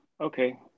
Okay